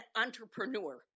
entrepreneur